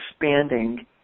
expanding